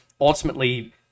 ultimately